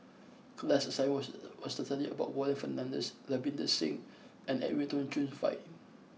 class assignment was was to study about Warren Fernandez Ravinder Singh and Edwin Tong Chun Fai